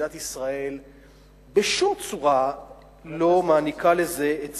מדינת ישראל בשום צורה לא מעניקה לזה את